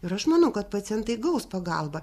ir aš manau kad pacientai gaus pagalbą